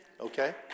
okay